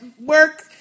work